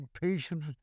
patient